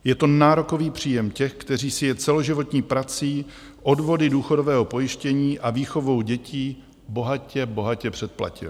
Je to nárokový příjem těch, kteří si je celoživotní prací, odvody důchodového pojištění a výchovou dětí bohatě, bohatě předplatili.